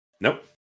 Nope